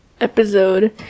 episode